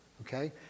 okay